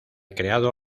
creado